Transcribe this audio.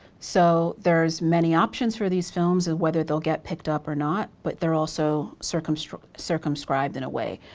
so there's many options for these films of whether they'll get picked up or not. but they're also circumscribed circumscribed in a way.